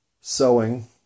sewing